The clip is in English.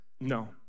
No